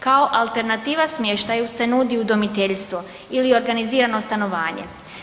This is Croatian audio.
Kao alternativa smještaju se nudi udomiteljstvo ili organizirano stanovanje.